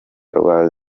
rwa